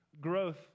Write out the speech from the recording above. growth